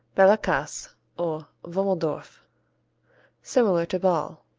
ballakase or womelsdorf similar to ball.